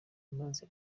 maze